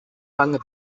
bange